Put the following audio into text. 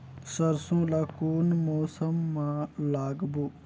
सरसो ला कोन मौसम मा लागबो?